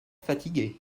fatigué